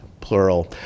plural